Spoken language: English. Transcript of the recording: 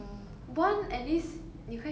!wah! confirm die [one]